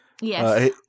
yes